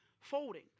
folding